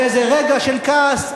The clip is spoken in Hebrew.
באיזה רגע של כעס,